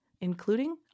including